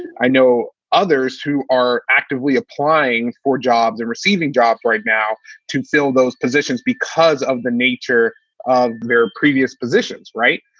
and i know others who are actively applying for jobs or and receiving jobs right now to fill those positions because of the nature of their previous positions. right.